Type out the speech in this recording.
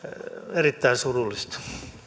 erittäin surullista